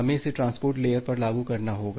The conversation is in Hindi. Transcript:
हमें इसे ट्रांसपोर्ट लेयर पर लागू करना होगा